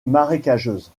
marécageuses